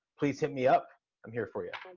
please hit me up i'm here for you.